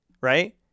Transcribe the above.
Right